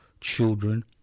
children